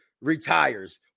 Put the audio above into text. retires